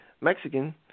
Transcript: Mexican